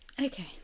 Okay